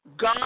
God